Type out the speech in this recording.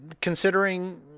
Considering